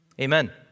Amen